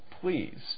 please